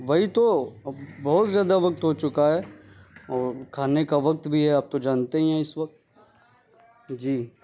وہی تو بہت زیادہ وقت ہو چکا ہے کھانے کا وقت بھی ہے آپ تو جانے ہی ہیں اس وقت جی